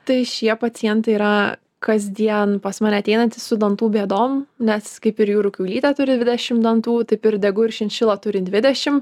tai šie pacientai yra kasdien pas mane ateinantys su dantų bėdom nes kaip ir jūrų kiaulytė turi dvidešim dantų taip ir degu ir šinšila turi dvidešim